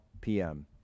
PM